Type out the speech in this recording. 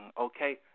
okay